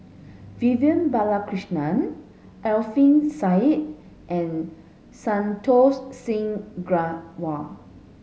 Vivian Balakrishnan Alfian Sa'at and Santokh Singh Grewal